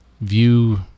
view